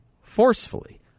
forcefully